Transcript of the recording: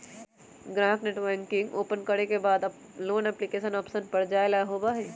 ग्राहक net banking open करे के बाद लोन एप्लीकेशन ऑप्शन पर जाय ला होबा हई